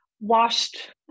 washed